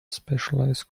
specialized